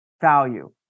value